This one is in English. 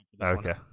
okay